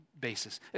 basis